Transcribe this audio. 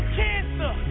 cancer